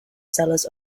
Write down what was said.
sellers